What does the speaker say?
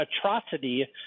atrocity